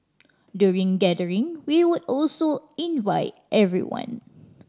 during gathering we would also invite everyone